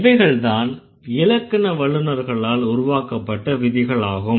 இவைகள்தான் இலக்கண வல்லுநர்களால் உருவாக்கப்பட்ட விதிகளாகும்